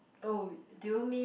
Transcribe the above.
oh do you mean